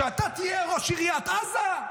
שאתה תהיה ראש עיריית עזה?